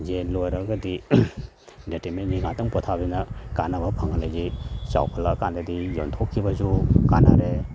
ꯌꯦꯟ ꯂꯣꯏꯔꯒꯗꯤ ꯏꯟꯇꯔꯇꯦꯟꯃꯦꯟꯁꯤ ꯉꯥꯏꯍꯥꯛꯇꯪ ꯄꯣꯊꯥꯕꯁꯤꯅ ꯀꯥꯟꯅꯕ ꯐꯪꯍꯜꯂꯤꯗꯤ ꯆꯥꯎꯈꯠꯂ ꯀꯥꯟꯗꯗꯤ ꯌꯣꯟꯊꯣꯛꯈꯤꯕꯁꯨ ꯀꯥꯟꯅꯔꯦ